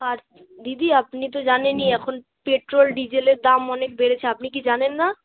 আর দিদি আপনি তো জানেনই এখন পেট্রোল ডিজেলের দাম অনেক বেড়েছে আপনি কি জানেন না